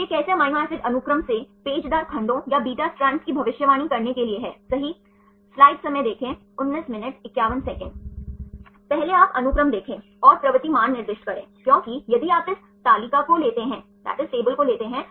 तो घुमावों की अनुमति है यहीं पेप्टाइड बॉन्ड है यहां आप घुमावों की देखभाल कर सकते हैं और यहां भी आप घुमावों को देख सकते हैं